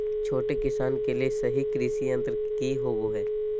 छोटे किसानों के लिए सही कृषि यंत्र कि होवय हैय?